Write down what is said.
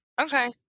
Okay